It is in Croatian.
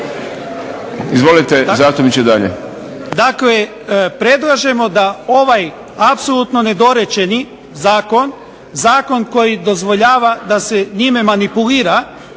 **Mršić, Zvonimir (SDP)** Dakle predlažemo da ovaj apsolutno nedorečeni zakon, zakon koji dozvoljava da se njime manipulira